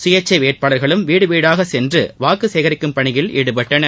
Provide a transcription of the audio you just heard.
சுயேட்சை வேட்பாளர்களும் வீடு வீடாக சென்று வாக்கு சேகரிக்கும் பணியில் ஈடுபட்டனர்